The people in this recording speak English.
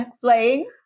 playing